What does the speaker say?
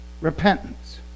repentance